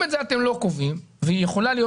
אם את זה אתם לא קובעים והיא יכולה להיות